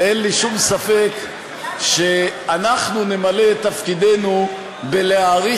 ואין לי שום ספק שאנחנו נמלא את תפקידנו בלהאריך